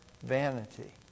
vanity